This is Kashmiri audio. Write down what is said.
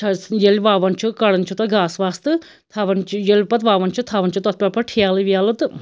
چھَس ییٚلہِ وَوان چھُ کڑان چھُ تَتھ گاسہٕ واسہٕ تہٕ تھاوان چھِ ییٚلہِ پتہٕ وَوان چھِ تھاوان چھِ تَتھ پٮ۪ٹھ پتہٕ ٹھیلہٕ ویلہٕ تہٕ